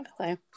Okay